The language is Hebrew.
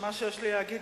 על מה שיש לי להגיד,